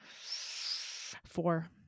four